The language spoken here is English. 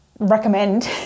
recommend